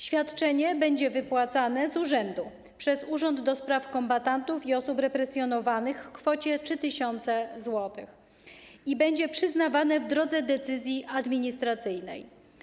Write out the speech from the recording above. Świadczenie będzie wypłacane z urzędu przez Urząd do Spraw Kombatantów i Osób Represjonowanych w kwocie 3000 zł i będzie przyznawane w drodze decyzji administracyjnej.